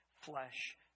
flesh